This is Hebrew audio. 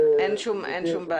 כן, אין שום בעיה.